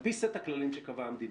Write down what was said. על פי סט הכללים שקבעה המדינה,